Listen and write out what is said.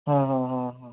हं हं हं हं